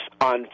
on